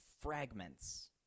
fragments